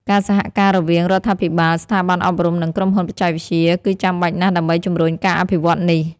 ការសហការរវាងរដ្ឋាភិបាល ស្ថាប័នអប់រំ និងក្រុមហ៊ុនបច្ចេកវិទ្យា គឺចាំបាច់ណាស់ដើម្បីជំរុញការអភិវឌ្ឍនេះ។